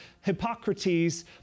Hippocrates